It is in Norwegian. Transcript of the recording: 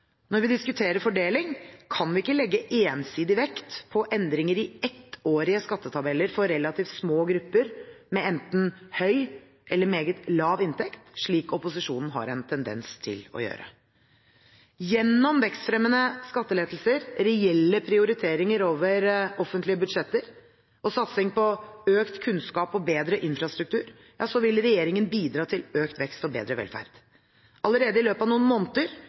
Når vi diskuterer fordeling, kan vi ikke legge ensidig vekt på endringer i ettårige skattetabeller for relativt små grupper med enten høy eller meget lav inntekt, slik opposisjonen har en tendens til å gjøre. Gjennom vekstfremmende skattelettelser, reelle prioriteringer over offentlige budsjetter og satsing på økt kunnskap og bedre infrastruktur vil regjeringen bidra til økt vekst og bedre velferd. Allerede i løpet av noen måneder